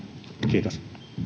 kiitos